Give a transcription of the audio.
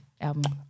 album